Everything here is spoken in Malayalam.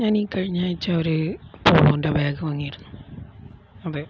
ഞാനീ കഴിഞ്ഞയാഴ്ച ഒരു പോളോൻ്റെ ബാഗ് വാങ്ങിയിരുന്നു അതെ